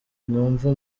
mwumve